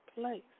place